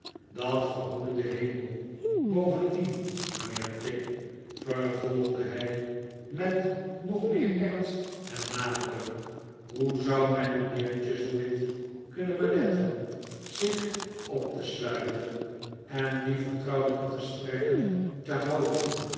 dat verhoede de hemel bovendien mijnheer tigg vervolgde hij met nog meer ernst en nadruk hoe zou men mijnheer chuzzlewit kunnen beletten zich op te sluiten en die vertrouwelijke gesprekken te houden